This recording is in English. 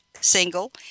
single